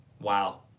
Wow